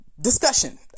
discussion